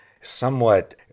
somewhat